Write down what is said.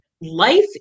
life